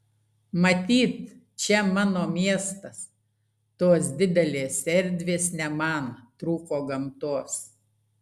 matyt čia mano miestas tos didelės erdvės ne man trūko gamtos